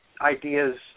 ideas